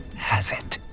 has it.